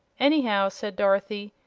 anyhow, said dorothy,